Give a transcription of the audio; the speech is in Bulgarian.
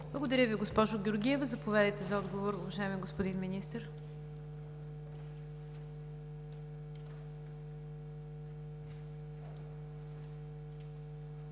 Благодаря Ви, госпожо Георгиева. Заповядайте за отговор, уважаеми господин Министър.